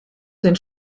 den